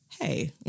hey